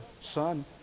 son